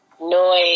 noise